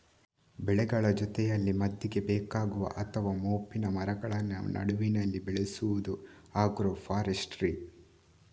ಬೆಳೆಗಳ ಜೊತೆಯಲ್ಲಿ ಮದ್ದಿಗೆ ಬೇಕಾಗುವ ಅಥವಾ ಮೋಪಿನ ಮರಗಳನ್ನ ನಡುವಿನಲ್ಲಿ ಬೆಳೆಸುದು ಆಗ್ರೋ ಫಾರೆಸ್ಟ್ರಿ